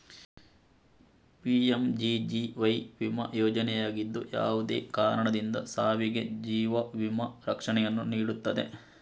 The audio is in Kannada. ಪಿ.ಎಮ್.ಜಿ.ಜಿ.ವೈ ವಿಮಾ ಯೋಜನೆಯಾಗಿದ್ದು, ಯಾವುದೇ ಕಾರಣದಿಂದ ಸಾವಿಗೆ ಜೀವ ವಿಮಾ ರಕ್ಷಣೆಯನ್ನು ನೀಡುತ್ತದೆ